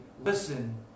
listen